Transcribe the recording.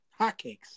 hotcakes